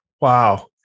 Wow